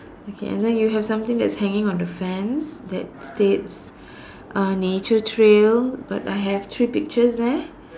okay and then you have something that is hanging on the fence that states uh nature trail but I have three pictures there